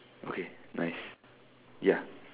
okay nice ya